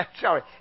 Sorry